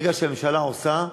ברגע שהממשלה עושה,